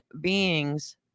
beings